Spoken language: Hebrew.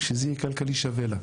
כשזה יהיה כלכלי שווה לה.